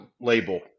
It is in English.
label